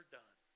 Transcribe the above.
done